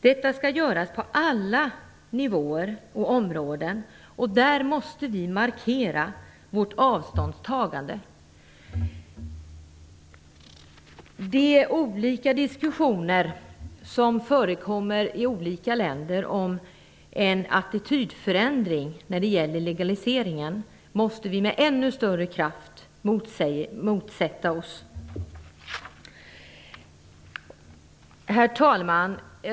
Detta skall göras på alla nivåer och områden, och därvid måste vi markera vårt avståndstagande från de diskussioner som förekommer i olika länder om en attitydförändring. Vi måste med ännu större kraft motsätta oss kraven på en legalisering. Herr talman!